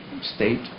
state